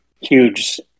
huge